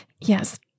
yes